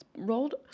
Rolled